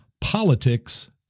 Politics